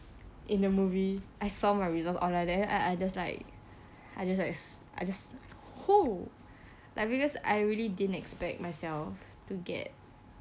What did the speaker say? in the movie I saw my result online then I I just like I just like s~ I just s~ !woo! like because I really didn't expect myself to get